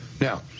now